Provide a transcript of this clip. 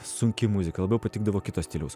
sunki muzika labiau patikdavo kito stiliaus